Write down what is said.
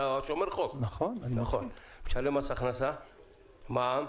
אתה שומר חוק, משלם מס הכנסה, מע"מ.